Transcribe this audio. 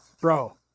bro